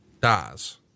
dies